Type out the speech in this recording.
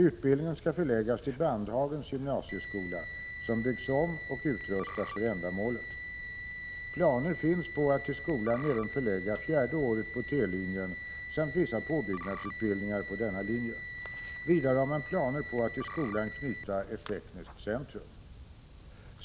Utbildningen skall förläggas till Bandhagens gymnasieskola, som byggs om och utrustas för ändamålet. Planer finns på att till skolan även förlägga fjärde året på T-linjen samt vissa påbyggnadsutbildningar på denna linje. Vidare har man planer på att till skolan knyta ett tekniskt centrum.